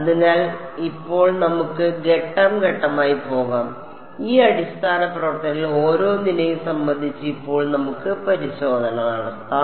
അതിനാൽ ഇപ്പോൾ നമുക്ക് ഘട്ടം ഘട്ടമായി പോകാം ഈ അടിസ്ഥാന പ്രവർത്തനങ്ങളിൽ ഓരോന്നിനെയും സംബന്ധിച്ച് ഇപ്പോൾ നമുക്ക് പരിശോധന നടത്താം